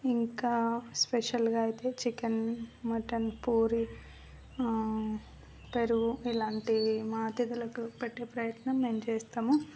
ఇంకా స్పెషల్గా అయితే చికెన్ మటన్ పూరీ పెరుగు ఇలాంటివి మా అతిధులకు పెట్టే ప్రయత్నం మేము చేస్తాము